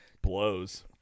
blows